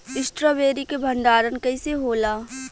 Strawberry के भंडारन कइसे होला?